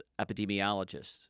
epidemiologists